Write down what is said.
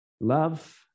Love